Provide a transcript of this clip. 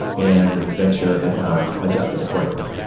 and venture has not adjusted accordingly.